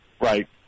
Right